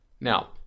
Now